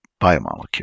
biomolecule